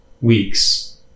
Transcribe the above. weeks